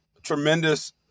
tremendous